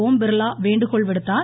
ஓம்பிர்லா வேண்டுகோள் விடுத்தார்